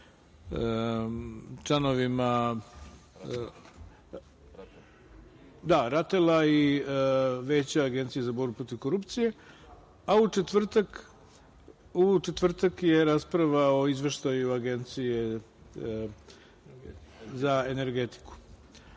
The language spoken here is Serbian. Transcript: RATEL-a i Veća Agencije za borbu protiv korupcije, a u četvrtak je rasprava o izveštaju Agencije za energetiku